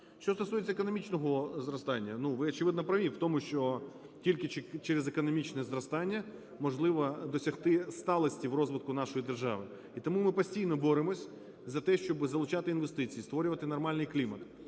Що стосується економічного зростання. Ну ви очевидно праві в тому, що тільки через економічне зростання можливо досягти сталості в розвитку нашої держави. І тому ми постійно боремось за те, щоби залучати інвестиції, створювати нормальний клімат.